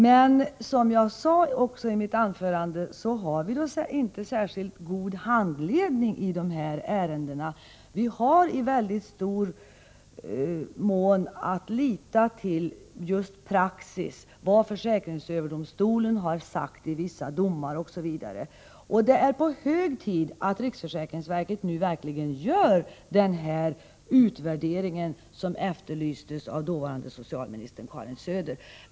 Men vi har, som jag sade i mitt anförande, inte särskilt god handledning i dessa ärenden. Vi måste i stor utsträckning lita till just praxis, till vad försäkringsöverdomstolen har sagt i vissa domar osv. Det är hög tid att riksförsäkringsverket nu verkligen gör den utvärdering som efterlystes av dåvarande socialministern Karin Söder.